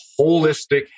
holistic